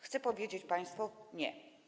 Chcę powiedzieć państwu: nie.